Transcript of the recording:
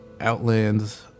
outlands